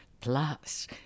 Plus